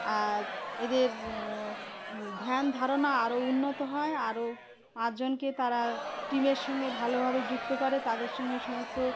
আর এদের ধ্যান ধারণা আরও উন্নত হয় আরও পাঁচজনকে তারা টিমের সঙ্গে ভালোভাবে যুক্ত করে তাদের সঙ্গে সমস্ত